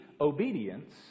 obedience